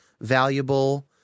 valuable